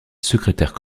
secrétaire